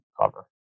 cover